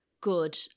good